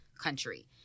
country